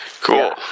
cool